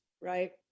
right